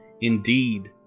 indeed